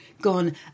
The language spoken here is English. gone